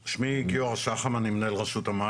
(היו"ר מוסי רז) אני מנהל רשות המים.